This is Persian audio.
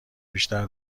بیشتر